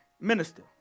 Minister